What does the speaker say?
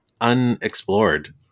unexplored